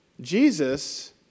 Jesus